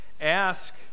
ask